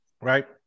right